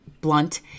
blunt